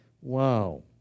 Wow